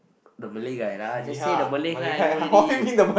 the Malay guy lah just say the Malay guy I know already